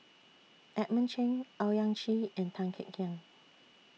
Edmund Cheng Owyang Chi and Tan Kek Hiang